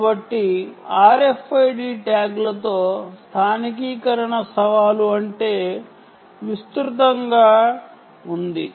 కాబట్టి RFID ట్యాగ్లతో స్థానికీకరణ సవాలు విస్తృతంగా ఉంది